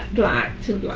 black, too ah